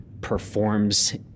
performs